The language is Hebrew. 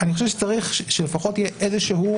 אני חושב שצריך שלפחות תהיה איזו שהיא